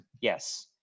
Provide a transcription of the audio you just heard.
Yes